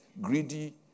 greedy